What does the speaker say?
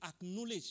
acknowledge